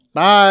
Bye